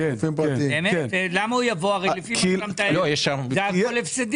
האמת, קצת התבלבלתי.